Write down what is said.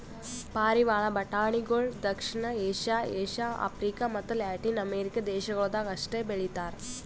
ಪಾರಿವಾಳ ಬಟಾಣಿಗೊಳ್ ದಕ್ಷಿಣ ಏಷ್ಯಾ, ಏಷ್ಯಾ, ಆಫ್ರಿಕ ಮತ್ತ ಲ್ಯಾಟಿನ್ ಅಮೆರಿಕ ದೇಶಗೊಳ್ದಾಗ್ ಅಷ್ಟೆ ಬೆಳಿತಾರ್